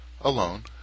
Alone